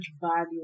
value